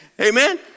Amen